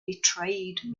betrayed